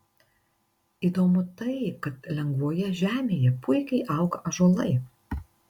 įdomu tai kad lengvoje žemėje puikiai auga ąžuolai